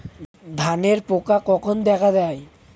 ধানের পোকা কখন দেখা দেয়?